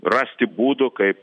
rasti būdų kaip